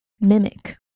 Mimic